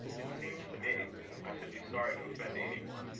it seems to me i should be sorry to offend any one,